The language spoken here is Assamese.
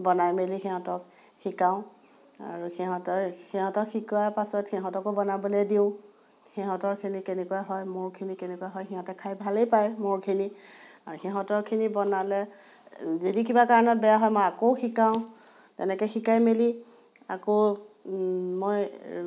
বনাই মেলি সিহঁতক শিকাওঁ আৰু সিহঁতৰ সিহঁতক শিকোৱাৰ পাছত সিহঁতকো বনাবলৈ দিওঁ সিহঁতৰখিনি কেনেকুৱা হয় মোৰখিনি কেনেকুৱা হয় সিহঁতে খাই ভালেই পায় মোৰখিনি আৰু সিহঁতৰখিনি বনালে যদি কিবা কাৰণত বেয়া হয় মই আকৌ শিকাওঁ তেনেকৈ শিকাই মেলি আকৌ মই